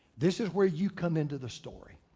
this is where you come into the story.